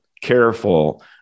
careful